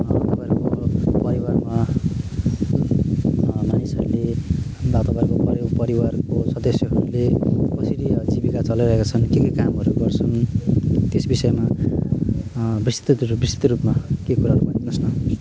तपाईँहरूको परिवारमा मानिसहरूले तपाईँहरूको परि परिवारको सदस्यहरूले कसरी जीविका चलाइरहेका छन् के के कामहरू गर्छन् त्यस विषयमा विस्तृत रूपमा विस्तृत रूपमा केही कुराहरू भनिदिनु होस् न